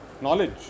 knowledge